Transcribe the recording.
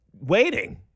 waiting